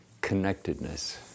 connectedness